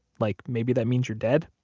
like maybe that means you're dead?